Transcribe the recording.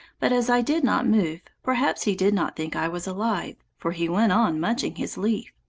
but as i did not move perhaps he did not think i was alive, for he went on munching his leaf.